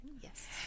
Yes